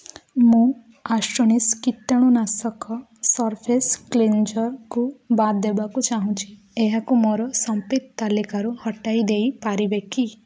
ମୁଁ ଆଷ୍ଟୋନିସ୍ କୀଟାଣୁନାଶକ ସର୍ଫେସ୍ କ୍ଲିନ୍ଜର୍କୁ ବାଦ୍ ଦେବାକୁ ଚାହୁଁଛି ଏହାକୁ ମୋର ସପିଂ ତାଲିକାରୁ ହଟାଇ ଦେଇପାରିବେ କି